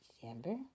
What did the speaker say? December